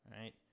right